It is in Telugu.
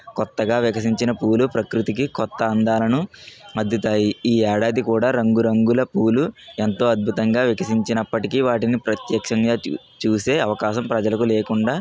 క్రొత్తగా వికసించిన పూలు ప్రకృతికి క్రొత్త అందాలను అద్దుతాయి ఈ ఏడాది కూడా రంగురంగుల పూలు ఎంతో అద్భుతంగా వికసించినప్పటికీ వాటిని ప్రత్యక్షంగా చూ చూసే అవకాశం ప్రజలకు లేకుండా